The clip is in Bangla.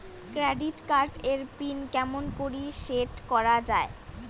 ক্রেডিট কার্ড এর পিন কেমন করি সেট করা য়ায়?